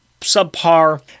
subpar